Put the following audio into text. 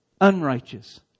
unrighteous